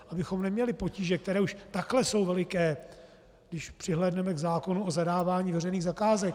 Abychom neměli potíže, které už takhle jsou veliké, když přihlédneme k zákonu o zadávání veřejných zakázek.